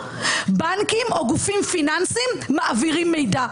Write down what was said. בנקים או גופים פיננסיים מעבירים מידע.